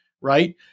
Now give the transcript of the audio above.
right